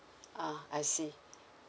ah I see